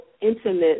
intimate